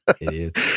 idiot